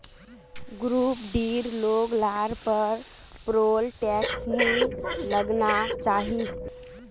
group डीर लोग लार पर पेरोल टैक्स नी लगना चाहि